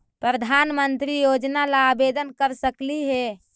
प्रधानमंत्री योजना ला आवेदन कर सकली हे?